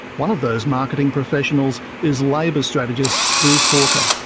one of those marketing professionals is labor strategist, bruce hawker.